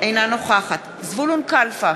אינה נוכחת זבולון קלפה,